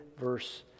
verse